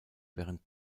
während